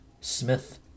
Smith